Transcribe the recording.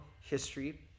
history